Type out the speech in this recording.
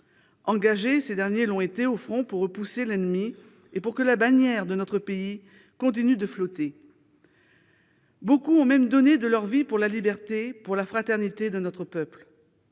engagés sur le front pour repousser l'ennemi et pour que la bannière de notre pays continue de flotter. Beaucoup ont même donné leur vie pour la liberté, pour la fraternité de notre peuple.